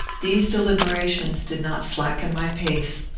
these deliberations did not slacken my pace.